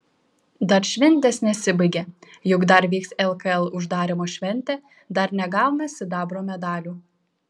dar šventės nesibaigė juk dar vyks lkl uždarymo šventė dar negavome sidabro medalių